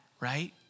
right